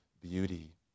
beauty